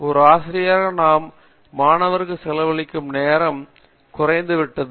ஒரு ஆசிரியராக நாம் ஒரு மாணவருக்கு செலவழிக்கும் நேரம் குறைந்து விட்டது